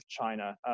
China